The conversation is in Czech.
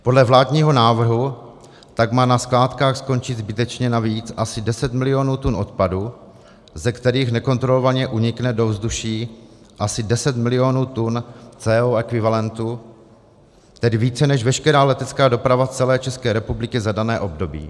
Podle vládního návrhu tak má na skládkách skončit zbytečně navíc asi 10 milionu tun odpadu, ze kterých nekontrolovaně unikne do ovzduší asi 10 milionu tun CO ekvivalentu, tedy více než veškerá letecká doprava celé České republiky za dané období.